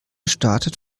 startet